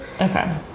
Okay